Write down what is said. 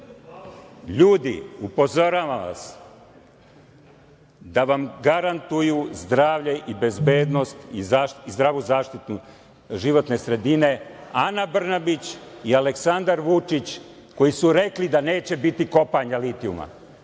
upozoravam vas, da vam garantuju zdravlje i bezbednost i zdravu zaštitu životne sredine, Ana Brnabić i Aleksandar Vučić koji su rekli da neće biti kopanja litijuma.